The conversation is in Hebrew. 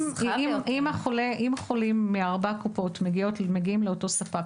אם חולים מארבע הקופות מגיעים לאותו ספק,